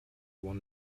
one